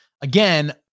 again